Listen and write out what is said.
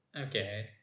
Okay